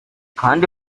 kandi